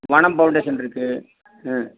வனம் ஃபவுண்டேஷன் இருக்குது